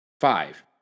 Five